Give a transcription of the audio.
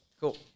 Cool